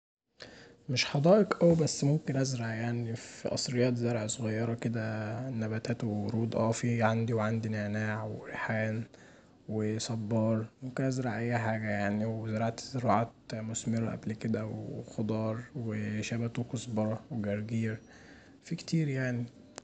مش حدائق اوي بس ممكن ازرع يعني في قصريات زرع صغيره كدا نباتات وورود، فيه عندي، وعندي نعناع وريحان وصبار، ممكن ازرع اي حاجه يعني، وزرعت زراعات مثمره قبل كدا وخضار وشبت وكزبره وجرجير، فيه كتير يعني.